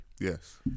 Yes